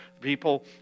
people